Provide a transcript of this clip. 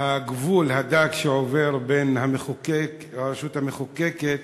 הגבול הדק שעובר בין המחוקק, הרשות המחוקקת,